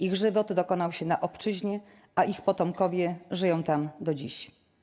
Ich żywot dokonał się na obczyźnie, a ich potomkowie żyją tam do dziś.